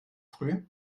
früh